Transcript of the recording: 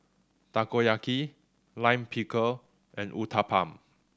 Takoyaki Lime Pickle and Uthapam